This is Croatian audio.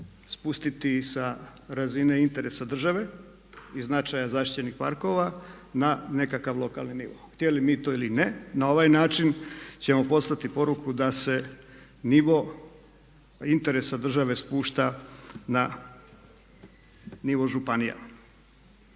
spustiti sa razine interesa države i značaja zaštićenih parkova na nekakav lokalni nivo. Htjeli mi to ili ne, na ovaj način ćemo poslati poruku da se nivo interesa države spušta na nivo županija.